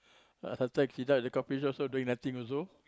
ah sometimes she at the coffeeshop doing nothing also